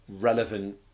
relevant